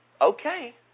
Okay